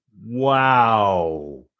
Wow